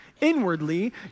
Inwardly